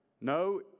no